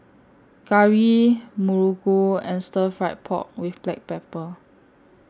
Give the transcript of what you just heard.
Curry Muruku and Stir Fry Pork with Black Pepper